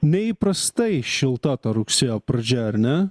neįprastai šilta ta rugsėjo pradžia ar ne